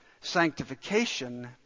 sanctification